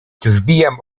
wbijam